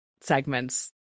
segments